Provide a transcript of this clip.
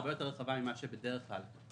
הרבה יותר רחבה ממה שבדרך כלל.